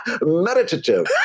meditative